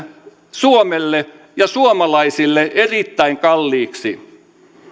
suomelle ja suomalaisille erittäin kalliiksi